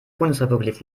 bundesrepublik